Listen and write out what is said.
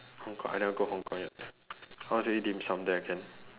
hong-kong I never go hong-kong yet I want to eat dim-sum there can